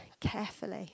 carefully